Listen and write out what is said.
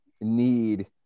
need